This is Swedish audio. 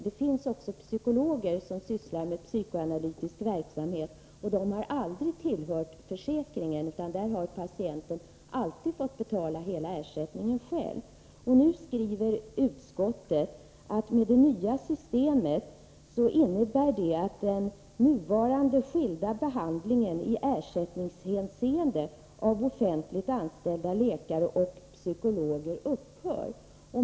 Det finns även psykologer som sysslar med psykoanalytisk verksamhet, och de har aldrig tillhört försäkringen, utan patienterna har alltid fått betala hela behandlingen själva. Nu skriver utskottet att ”det nya ersättningssystemet innebär att den nuvarande skilda behandlingen i ersättningshänseende av offentligt anställda läkare och psykologer upphör”.